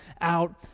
out